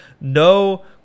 no